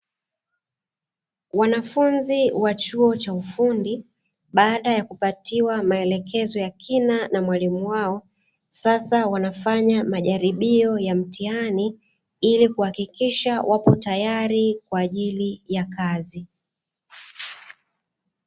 Wanafunzi wa chuo cha ufundi baada ya kupatiwa maelekezo ya kina na mwalimu wao sasa wanafanya majaribio ya mtihani ili kuhakikisha wapo tayari kwa ajili ya kazi.